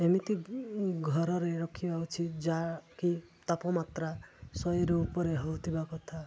ଏମିତି ଘରରେ ରଖିବା ଉଚିତ ଯାହାକି ତାପମାତ୍ରା ଶହେରୁ ଉପରେ ହଉଥିବା କଥା